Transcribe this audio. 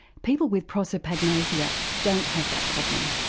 people with prosopagnosia don't have that problem.